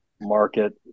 market